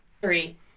Three